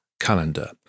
calendar